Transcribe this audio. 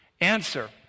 Answer